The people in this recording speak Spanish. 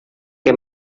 que